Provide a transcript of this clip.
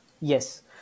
Yes